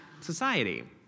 society